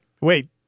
Wait